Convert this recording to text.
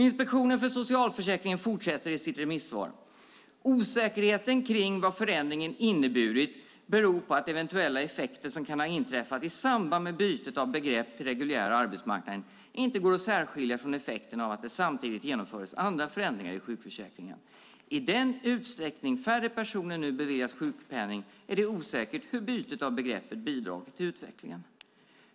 Inspektionen för socialförsäkringen fortsätter i sitt remissvar: "Osäkerheten kring vad förändringen inneburit beror på att eventuella effekter som kan ha inträffat i samband med bytet av begrepp till reguljära arbetsmarknaden inte går att särskilja från effekten av att det samtidigt genomfördes andra förändringar i sjukförsäkringen. I den utsträckning färre personer nu beviljas sjukpenning är det osäkert hur bytet av begreppet bidragit till utvecklingen."